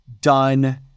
done